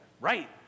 right